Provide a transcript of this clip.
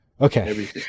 okay